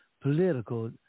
political